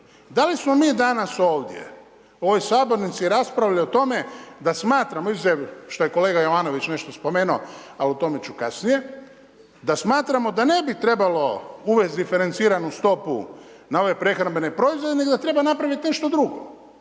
Da li smo mi danas ovdje u ovoj sabornici raspravljali o tome da smatramo izuzev što je kolega Jovanović nešto spomenuo a o tome ću kasnije, da smatramo da ne bi trebalo uvesti diferenciranu stopu na ove prehrambene proizvode i da treba napraviti nešto drugo.